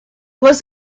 was